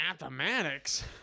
Mathematics